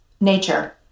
Nature